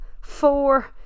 four